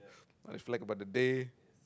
I reflect about the day